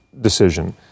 decision—